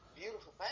beautiful